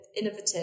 innovative